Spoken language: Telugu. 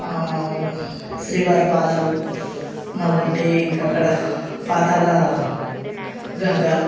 శ్రీవారి పాదాలు మళ్ళా అంటే ఇంకా అక్కడ పాతాళ గంగ